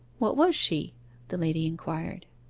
what was she the lady inquired.